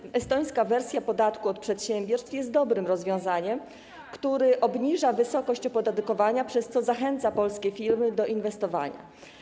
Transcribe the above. Tak zwana estońska wersja podatku od przedsiębiorstw jest dobrym rozwiązaniem, które obniża wysokość opodatkowania, przez co zachęca polskie firmy do inwestowania.